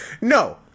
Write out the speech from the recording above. No